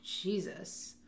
Jesus